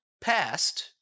past